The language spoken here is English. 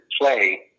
play